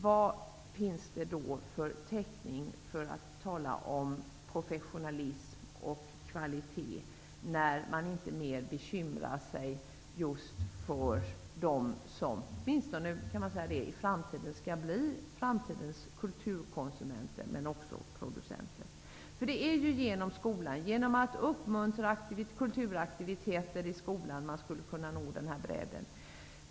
Vad finns det för täckning att tala om professionalism och kvalitet när man inte bekymrar sig mer om just dem som skall bli framtidens kulturkonsumenter, men också kulturproducenter? Det är genom skolan, och genom att upppmuntra till kulturaktiviteter i skolan, som man skulle kunna nå denna bredd.